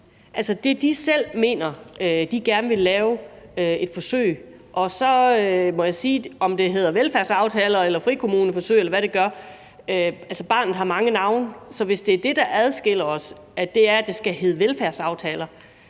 det, de selv mener de gerne vil lave et forsøg med. Og så må jeg sige, i forhold til om det hedder velfærdsaftaler eller frikommuneforsøg, eller hvad det gør – barnet har mange navne – at hvis det er det, der adskiller os, altså om det skal hedde velfærdsaftaler,